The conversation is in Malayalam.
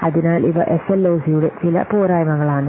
അതിനാൽ ഇവ എസഎൽഓസി യുടെ ചില പോരായ്മകളാണ്